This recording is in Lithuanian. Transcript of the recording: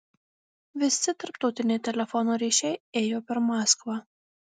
visi tarptautiniai telefono ryšiai ėjo per maskvą